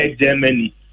Germany